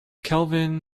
kelvin